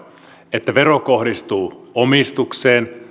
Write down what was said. että vero kohdistuu omistukseen